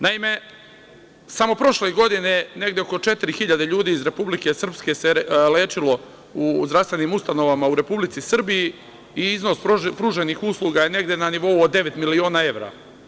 Naime, samo prošle godine negde oko četiri hiljade ljudi iz Republike Srpske se lečilo u zdravstvenim ustanovama u Republici Srbiji i iznos pruženih usluga je negde na nivou od devet miliona evra.